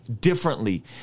differently